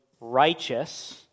righteous